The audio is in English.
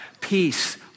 peace